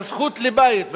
והזכות לבית,